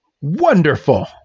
Wonderful